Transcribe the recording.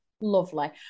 Lovely